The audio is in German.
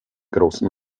großen